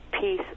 peace